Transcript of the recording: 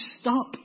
stop